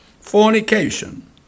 fornication